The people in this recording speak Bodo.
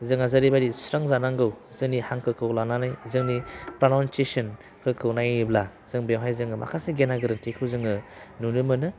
जोङा जेरैबायदि सुस्रांजानांगौ जोंनि हांखोखौ लानानै जोंनि प्रनाउनसिसनफोरखौ नायोब्ला जों बेवहाय जोङो माखासे गेना गोरोन्थिखौ जोङो नुनो मोनो